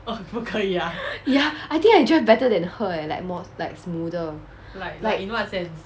ya I think I drive better than her eh like more like smoother like